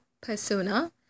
persona